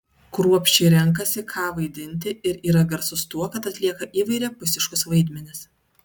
kruopščiai renkasi ką vaidinti ir yra garsus tuo kad atlieka įvairiapusiškus vaidmenis